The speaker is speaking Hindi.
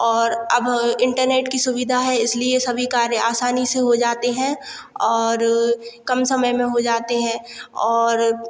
और अब इंटरनेट की सुविधा है इसलिए सभी कार्य आसानी से हो जाते हैं और कम समय में हो जाते हैं और